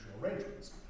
arrangements